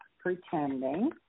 pretending